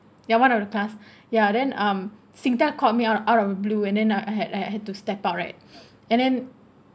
ya one of the class yeah then um Singtel called me out of out of blue and then I had I had to step out right and then